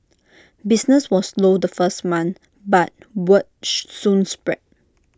business was slow the first month but word soon spread